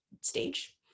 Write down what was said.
stage